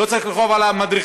הוא לא צריך לרכוב על המדרכה,